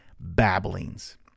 babblings